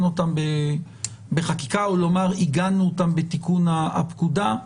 אותן בחקיקה או לומר עיגנו אותן בתיקון הפקודה,